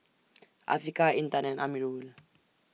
Afiqah Intan and Amirul